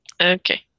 Okay